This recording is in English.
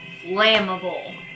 flammable